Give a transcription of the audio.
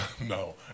No